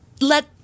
let